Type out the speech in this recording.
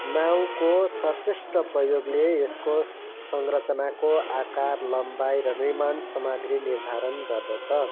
नाउको सचेष्ट प्रयोगले यसको संरचनाको आकार लम्बाई र निर्माण सामग्री निर्धारण गर्दछ